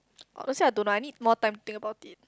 honestly I don't know I need more time to think about it